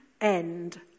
end